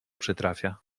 przytrafia